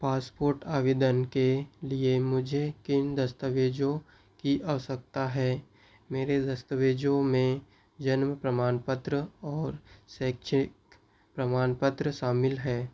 passport आवेदन के लिए मुझे किन दस्तावेज़ों की आवश्यकता है मेरे दस्तावेज़ों में जन्म प्रमाणपत्र और शैक्षणिक प्रमाणपत्र शामिल हैं